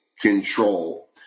control